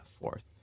fourth